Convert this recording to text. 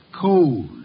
Cold